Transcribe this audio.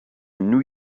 new